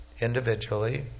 individually